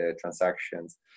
transactions